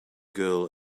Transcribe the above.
girl